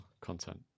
content